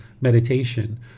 meditation